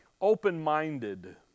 open-minded